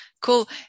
cool